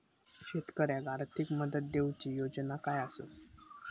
शेतकऱ्याक आर्थिक मदत देऊची योजना काय आसत?